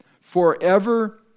forever